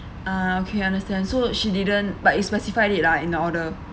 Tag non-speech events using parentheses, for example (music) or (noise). (breath) ah okay understand so she didn't but you specified it lah in the order